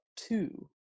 two